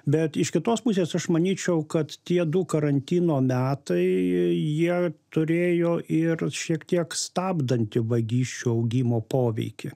bet iš kitos pusės aš manyčiau kad tie du karantino metai jie turėjo ir šiek tiek stabdantį vagysčių augimo poveikį